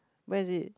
where is it